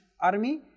army